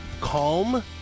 calm